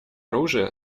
оружия